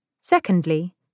Secondly